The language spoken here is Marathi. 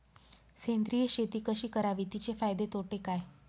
सेंद्रिय शेती कशी करावी? तिचे फायदे तोटे काय?